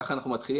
ככה אנחנו מתחילים.